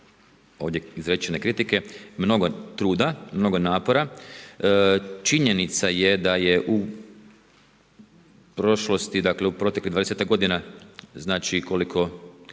ovdje izreče kritike, mnogo truda, mnogo napora. Činjenica je da je u prošlosti, dakle u proteklih 20-ak godina, znači koliko